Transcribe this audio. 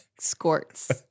squirts